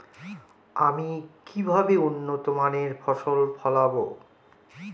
আমি কিভাবে উন্নত মানের ফসল ফলাবো?